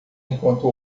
enquanto